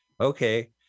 Okay